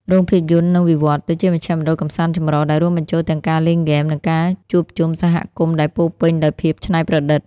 រោងភាពយន្តនឹងវិវឌ្ឍទៅជាមជ្ឈមណ្ឌលកម្សាន្តចម្រុះ ដែលរួមបញ្ចូលទាំងការលេងហ្គេម និងការជួបជុំសហគមន៍ដែលពោរពេញដោយភាពច្នៃប្រឌិត។